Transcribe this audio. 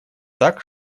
так